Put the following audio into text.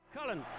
Cullen